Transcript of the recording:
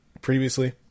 previously